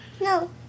No